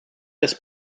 des